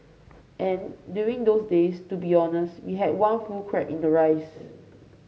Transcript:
and during those days to be honest we had one full crab in the rice